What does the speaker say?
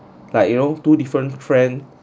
like you know two different friend